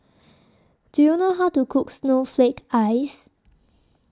Do YOU know How to Cook Snowflake Ice